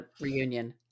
reunion